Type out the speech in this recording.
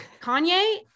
Kanye